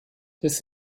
des